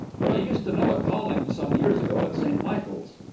but i used to know a calling some years ago at st michael's.